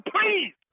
please